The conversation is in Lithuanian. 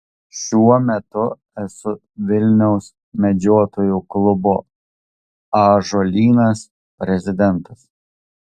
šiuo metu esu vilniaus medžiotojų klubo ąžuolynas prezidentas